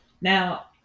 Now